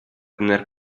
tener